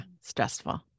stressful